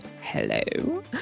hello